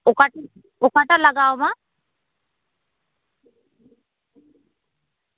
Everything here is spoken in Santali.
ᱚᱠᱟᱴᱟᱜ ᱞᱟᱜᱟᱣᱟᱢᱟ